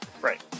right